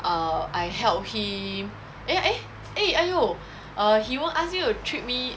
err I help him eh eh eh !aiyo! err he won't ask you treat me